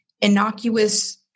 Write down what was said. innocuous